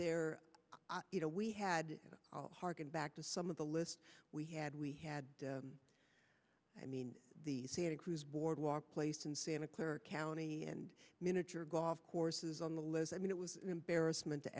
there you know we had harken back to some of the list we had we had i mean the santa cruz boardwalk place in santa clara county and miniature golf courses on the left i mean it was an embarrassment to